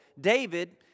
David